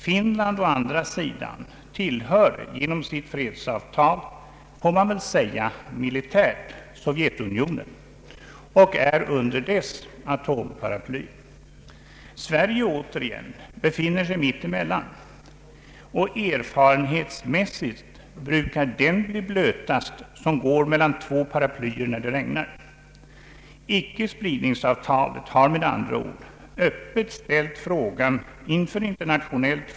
Finland å andra sidan tillhör genom sitt fredsavtal, får man väl säga, militärt Sovjetunionen och är under dess atomparaply. Sverige återigen befinner sig mitt emellan; och erfarenhetsmässigt brukar den bli blötast som går mellan två paraplyer, när det regnar. Icke-spridningsavtalet har med andra ord öppet ställt frågan inför internationellt.